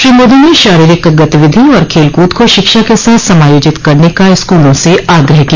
श्री मोदी ने शारीरिक गतिविधि और खेलकूद को शिक्षा के साथ समायोजित करने का स्कूलों से आग्रह किया